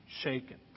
shaken